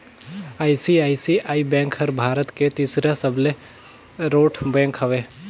ICICI bank हर भारत के तीसरईया सबले रोट बेंक हवे